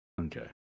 Okay